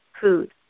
food